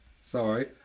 sorry